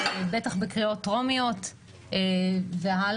בטח בקריאות טרומיות והלאה,